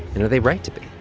and are they right to be?